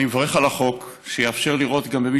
אני מברך על החוק שיאפשר לראות גם במי